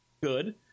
good